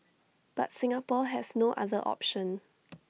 but Singapore has no other option